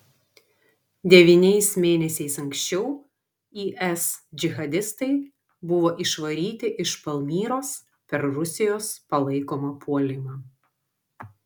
devyniais mėnesiais anksčiau is džihadistai buvo išvaryti iš palmyros per rusijos palaikomą puolimą